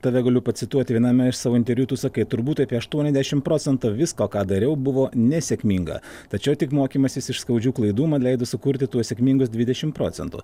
tave galiu pacituoti viename iš savo interviu tu sakai turbūt apie aštuoniasdešim procento visko ką dariau buvo nesėkminga tačiau tik mokymasis iš skaudžių klaidų man leido sukurti tuos sėkmingus dvidešim procentų